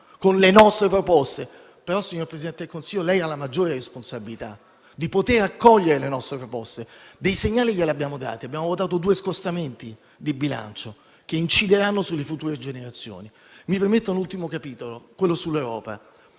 con le nostre proposte? Però, signor Presidente del Consiglio, lei ha la maggiore responsabilità, cioè quella di poter accogliere le nostre proposte. Dei segnali glieli abbiamo dati: abbiamo votato due scostamenti di bilancio che incideranno sulle future generazioni. Mi permetta un ultimo capitolo, quello sull'Europa: